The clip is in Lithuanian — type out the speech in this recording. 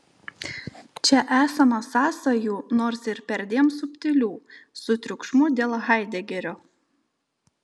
čia esama sąsajų nors ir perdėm subtilių su triukšmu dėl haidegerio